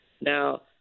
now